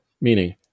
meaning